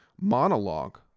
monologue